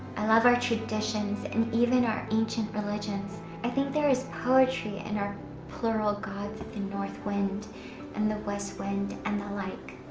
i love our traditions and even our ancient religions. i think there is poetry and our plural gods of the north wind and the west wind and the like.